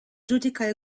giudica